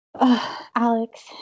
Alex